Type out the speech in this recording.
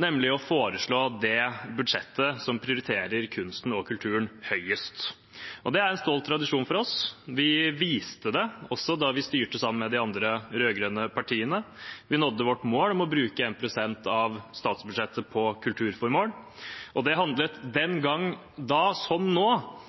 nemlig foreslår det budsjettet som prioriterer kunsten og kulturen høyest. Det er en stolt tradisjon for oss. Vi viste det også da vi styrte sammen med de andre rød-grønne partiene. Vi nådde vårt mål om å bruke 1 pst. av statsbudsjettet på kulturformål, og det handlet den gang, som nå,